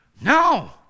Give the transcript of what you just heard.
No